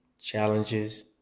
challenges